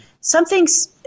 Something's